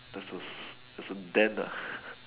just to is a den